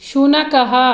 शुनकः